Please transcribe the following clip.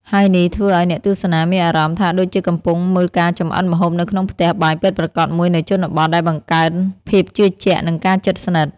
ហើយនេះធ្វើឲ្យអ្នកទស្សនាមានអារម្មណ៍ថាដូចជាកំពុងមើលការចម្អិនម្ហូបនៅក្នុងផ្ទះបាយពិតប្រាកដមួយនៅជនបទ ដែលបង្កើនភាពជឿជាក់ និងការជិតស្និទ្ធ។